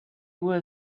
were